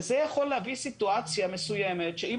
וזה יכול להביא סיטואציה מסוימת שאם